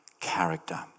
character